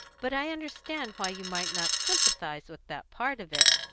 but i understand why you might not sympathise with that part of it,